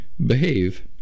Behave